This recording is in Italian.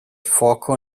fuoco